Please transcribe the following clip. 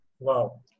Wow